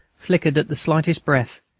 flickered at the slightest breath,